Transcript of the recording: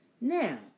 Now